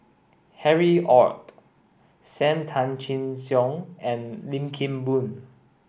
Harry Ord Sam Tan Chin Siong and Lim Kim Boon